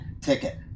ticket